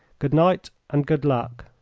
good-night, and good luck!